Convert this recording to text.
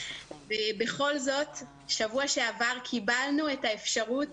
בכל זאת בשבוע שעבר קיבלנו את האפשרות